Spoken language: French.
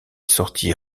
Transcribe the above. sortie